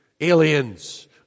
aliens